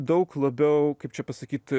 daug labiau kaip čia pasakyt